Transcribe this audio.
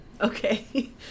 okay